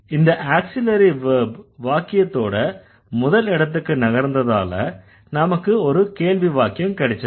இந்த auxiliary verb வாக்கியத்தோட முதல் இடத்திற்கு நகர்ந்ததால நமக்கு ஒரு கேள்வி வாக்கியம் கிடைச்சிருக்கு